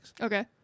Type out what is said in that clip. Okay